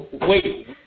wait